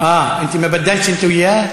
(אומר בערבית: אתה והוא לא התחלפתם?)